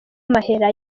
amahera